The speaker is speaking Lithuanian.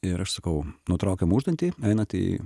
ir aš sakau nutraukiam užduoti einat į